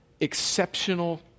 exceptional